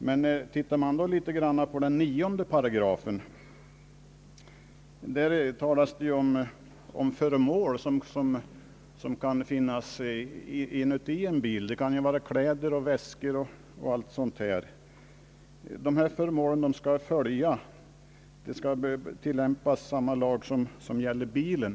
Men om vi ser på 9 § talas där om föremål som kan finnas inne i en bil, kläder, väskor o. d. Beträffande sådana föremål skall tillämpas samma lag som gäller för bilen.